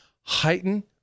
heighten